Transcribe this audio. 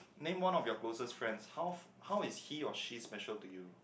named one of your closer friends how how is he or she special to you